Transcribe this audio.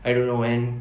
I don't know and